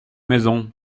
maison